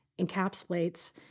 encapsulates